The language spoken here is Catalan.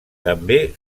també